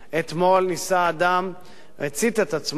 אתמול ניסה אדם הצית את עצמו,